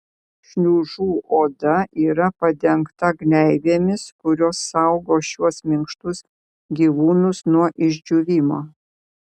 šliužų oda yra padengta gleivėmis kurios saugo šiuos minkštus gyvūnus nuo išdžiūvimo